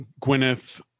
Gwyneth